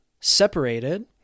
separated